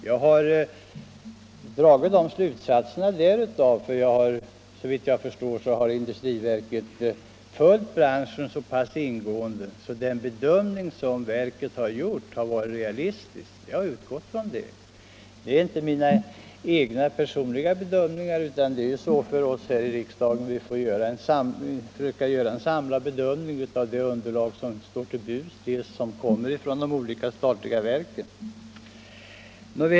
Jag har dragit mina slutsatser därav, eftersom såvitt jag förstår industriverket har följt branschen så ingående att den bedömning som verket har gjort har varit realistisk — jag har utgått från det. Det är inte heller bara min personliga bedömning, utan det är ju så här i riksdagen att vi måste försöka göra en samlad bedömning av det underlag som står till buds, vilket delvis kommer från de statliga verken.